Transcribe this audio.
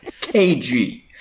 kg